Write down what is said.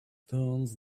turns